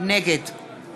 נגד